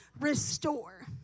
restore